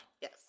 Yes